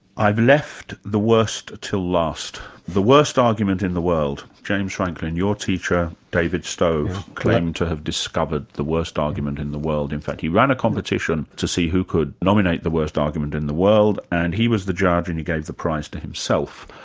i've left the worst till last, the worst argument in the world. james franklin your teacher david stove, claimed to have discovered the worst argument in the world. in fact he ran a competition to see who could nominate the worst argument in the world and he was the judge and he gave the prize to himself.